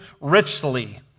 richly